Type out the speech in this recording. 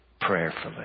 prayerfully